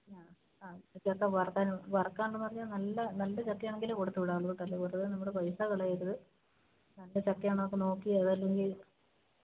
ആ ആ പച്ചച്ചക്ക വറക്കാൻ വറക്കാനെന്ന് പറഞ്ഞാൽ നല്ല ചക്കയാണെങ്കിലെ കൊടുത്തുവിടാവുള്ളൂ കേട്ടോ അല്ലേല് വെറുതെ നമ്മുടെ പൈസ കളയരുത് നല്ല ചക്കയാണോന്ന് നോക്കി അത് അത് അല്ലെങ്കിൽ